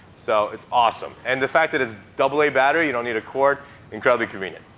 so it's awesome. and the fact that it's double a battery, you don't need a cord incredibly convenient.